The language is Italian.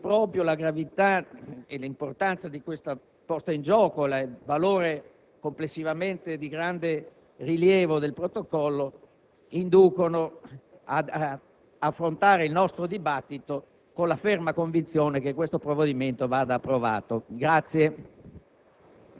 Proprio la gravità e l'importanza di questa posta in gioco ed il valore complessivo di grande rilievo del Protocollo inducono ad affrontare il dibattito con la ferma convinzione che il provvedimento in esame